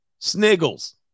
Sniggles